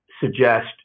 suggest